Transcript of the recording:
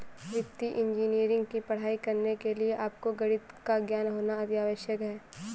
वित्तीय इंजीनियरिंग की पढ़ाई करने के लिए आपको गणित का ज्ञान होना अति आवश्यक है